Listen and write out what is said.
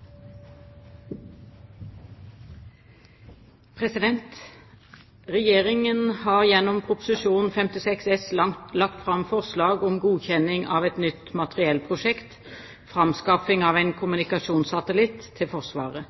gjennom Prop. 56 S for 2009–2010 lagt fram forslag om godkjenning av et nytt materiellprosjekt, «Framskaffing av ein kommunikasjonssatellitt til Forsvaret».